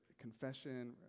confession